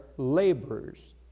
laborers